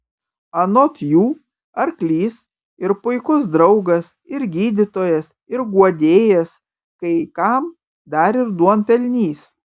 anot jų arklys ir puikus draugas ir gydytojas ir guodėjas kai kam dar ir duonpelnys